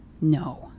no